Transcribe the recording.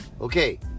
Okay